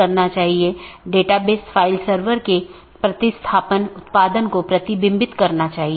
हम देखते हैं कि N1 R1 AS1 है यह चीजों की विशेष रीचाबिलिटी है